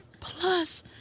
Plus